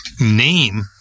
name